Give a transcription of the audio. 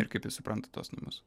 ir kaip jis supranta tuos namus